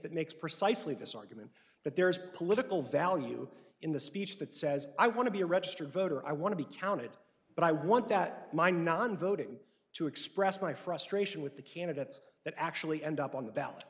makes precisely this argument that there is political value in the speech that says i want to be a registered voter i want to be counted but i want that my non voting to express my frustration with the candidates that actually end up on the ballot